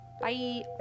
Bye